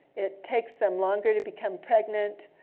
it takes them longer to become pregnant.